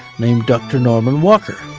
named dr. norman walker.